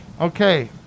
Okay